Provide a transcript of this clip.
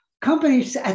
Companies